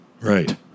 Right